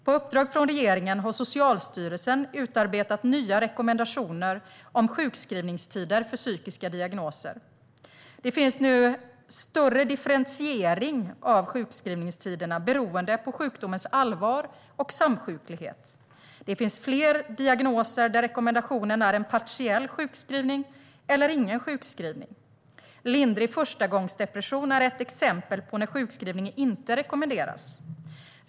På uppdrag från regeringen har Socialstyrelsen utarbetat nya rekommendationer om sjukskrivningstider för psykiska diagnoser. Det finns nu större differentiering av sjukskrivningstiderna beroende på sjukdomens allvar och samsjuklighet. Det finns fler diagnoser där rekommendationen är en partiell sjukskrivning eller ingen sjukskrivning. Lindrig förstagångsdepression är ett exempel på när sjukskrivning inte rekommenderas.